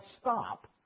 stop